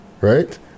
Right